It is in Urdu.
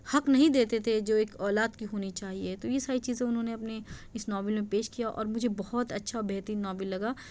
حق نہیں دیتے تھے جو ایک اولاد کی ہونی چاہیے تو یہ ساری چیزیں اُنہوں نے اپنی اِس ناول میں پیش کیا اور مجھے بہت اچھا بہترین ناول لگا